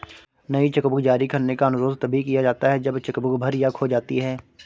नई चेकबुक जारी करने का अनुरोध तभी किया जाता है जब चेक बुक भर या खो जाती है